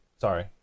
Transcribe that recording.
Sorry